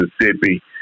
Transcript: Mississippi